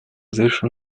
завершим